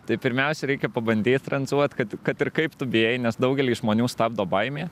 tai pirmiausia reikia pabandyt tranzuot kad kad ir kaip tu bijai nes daugelį žmonių stabdo baimė